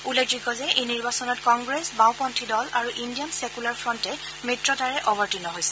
উল্লেখযোগ্য যে এই নিৰ্বাচনত কংগ্ৰেছ বাওপন্থী দল আৰু ইণ্ডিয়ান ছেকুলাৰ ফ্ৰণ্টে মিত্ৰতাৰে অৱতীৰ্ণ হৈছে